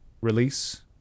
release